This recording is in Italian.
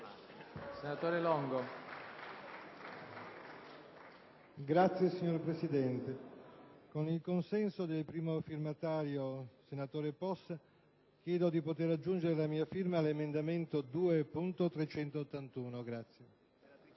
facolta`. LONGO (PdL). Signor Presidente, con il consenso del primo firmatario, senatore Possa, chiedo di poter aggiungere la mia firma all’emendamento 2.381 (testo